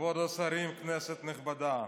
כבוד השרים, כנסת נכבדה,